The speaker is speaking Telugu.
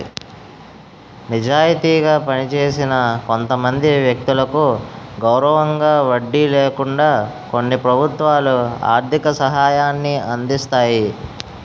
నిజాయితీగా పనిచేసిన కొంతమంది వ్యక్తులకు గౌరవంగా వడ్డీ లేకుండా కొన్ని ప్రభుత్వాలు ఆర్థిక సహాయాన్ని అందిస్తాయి